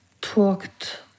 talked